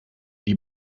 die